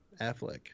Affleck